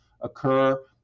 occur